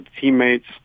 teammates